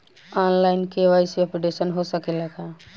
आन line KYC updation हो सकेला का?